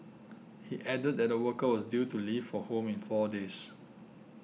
he added that the worker was due to leave for home in four days